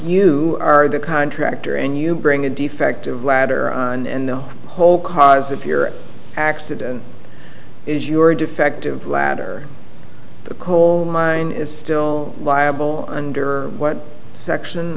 you are the contractor and you bring a defective ladder and the whole cause if your accident is your defective ladder the coal mine is still liable under what section